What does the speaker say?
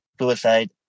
suicide